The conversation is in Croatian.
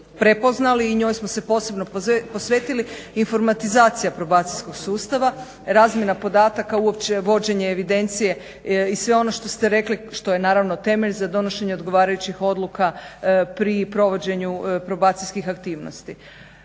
prepoznali i njoj smo se posebno posvetili informatizacija probacijskog sustava, razmjena podataka, uopće vođenje evidencije i sve ono što ste rekli što je naravno temelj za donošenje odgovarajućih odluka pri provođenju probacijskih aktivnosti.